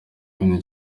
queen